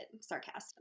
sarcastic